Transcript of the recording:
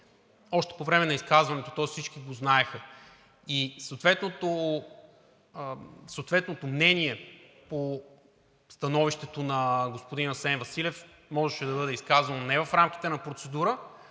още по време на изказването, всички го знаеха, и съответното мнение по становището на господин Асен Василев можеше да бъде изказано не в рамките на процедура,